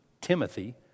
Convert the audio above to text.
Timothy